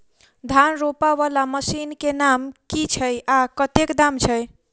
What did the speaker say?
धान रोपा वला मशीन केँ नाम की छैय आ कतेक दाम छैय?